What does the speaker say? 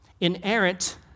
inerrant